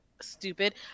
stupid